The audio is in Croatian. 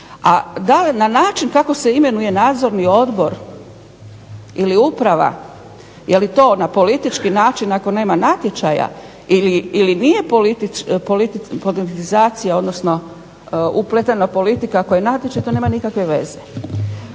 A na način kako se imenuje nadzorni odbor ili uprava, je li to na politički način ako nema natječaja ili nije politizacija odnosno upletena politika to nema nikakve veze.